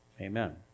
Amen